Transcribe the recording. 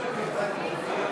הצבעתי נגד בהצעת החוק.